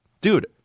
Dude